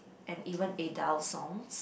and even Adele songs